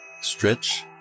Stretch